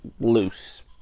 loose